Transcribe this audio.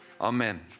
Amen